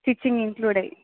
stitching include అయ్యి